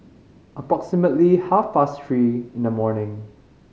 approximately half past three in the morning